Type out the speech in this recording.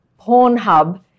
Pornhub